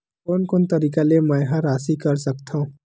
कोन कोन तरीका ले मै ह राशि कर सकथव?